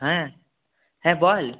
হ্যাঁ হ্যাঁ বল